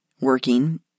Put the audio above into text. working